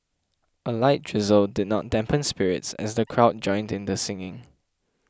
a light drizzle did not dampen spirits as the crowd joined in the singing